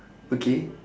okay